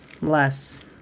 less